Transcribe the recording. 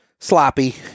Sloppy